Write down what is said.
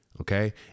okay